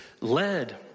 led